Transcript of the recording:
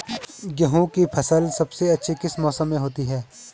गेहूँ की फसल सबसे अच्छी किस मौसम में होती है